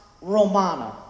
Romana